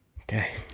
Okay